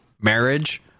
marriage